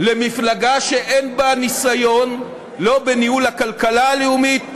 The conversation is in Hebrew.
למפלגה שאין בה ניסיון לא בניהול הכלכלה הלאומית,